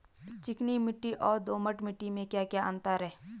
चिकनी मिट्टी और दोमट मिट्टी में क्या क्या अंतर है?